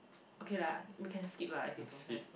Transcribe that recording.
okay lah we can skip lah if you don't have